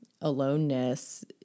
aloneness